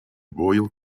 royal